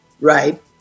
right